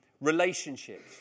relationships